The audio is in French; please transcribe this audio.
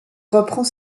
reprend